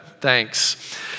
thanks